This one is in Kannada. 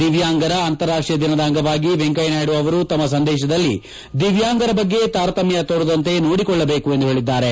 ದಿವ್ಚಾಂಗರ ಅಂತಾರಾಷ್ಷೀಯ ದಿನದ ಅಂಗವಾಗಿ ವೆಂಕಯ್ಹನಾಯ್ಹು ಅವರು ತಮ್ನ ಸಂದೇಶದಲ್ಲಿ ದಿವ್ಚಾಂಗರ ಬಗ್ಗೆ ತಾರತಮ್ಯ ತೋರದಂತೆ ನೋಡಿಕೊಳ್ಳಬೇಕು ಎಂದು ಹೇಳಿದ್ದಾರೆ